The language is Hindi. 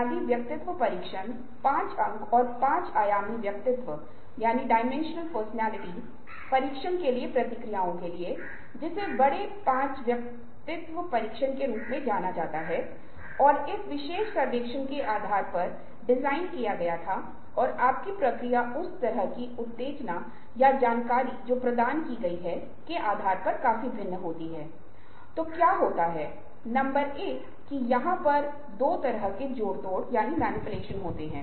यदि आप पारस्परिक संपर्क में क्रोध व्यक्त करते हैं तो आप भावनात्मक रूप से परिपक्व नहीं हैं